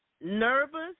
nervous